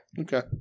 Okay